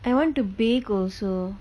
I want to bake also